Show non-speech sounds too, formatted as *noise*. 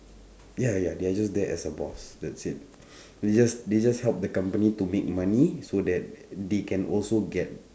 ya ya they are just there as a boss that's it *breath* they just they just help the company to make money so that they can also get